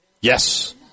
Yes